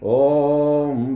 om